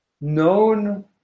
known